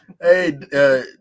Hey